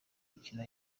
mikino